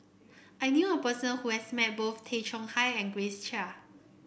I knew a person who has met both Tay Chong Hai and Grace Chia